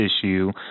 issue